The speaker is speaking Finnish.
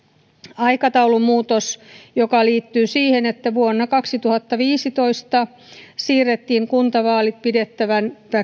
aikataulumuutos liittyy siihen että vuonna kaksituhattaviisitoista siirrettiin kuntavaalit pidettäviksi